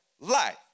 life